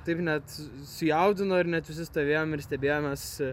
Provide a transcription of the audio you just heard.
taip net sujaudino ir net visi stovėjom ir stebėjomės